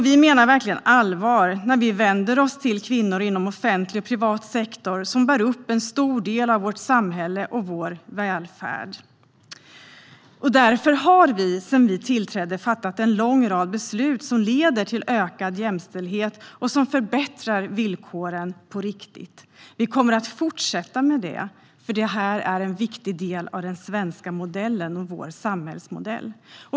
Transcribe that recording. Vi menar verkligen allvar när vi vänder oss till kvinnor inom offentlig och privat sektor, som bär upp en stor del av vårt samhälle och vår välfärd. Därför har vi sedan vi tillträdde fattat en lång rad beslut som leder till ökad jämställdhet och som förbättrar villkoren på riktigt. Vi kommer att fortsätta med det, eftersom detta är en viktig del av den svenska modellen och vår samhällsmodell.